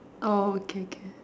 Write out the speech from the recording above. orh okay okay